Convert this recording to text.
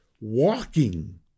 walking